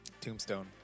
Tombstone